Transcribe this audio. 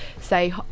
say